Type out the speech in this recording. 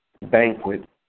banquet